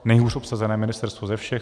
Nejhůř obsazené ministerstvo ze všech.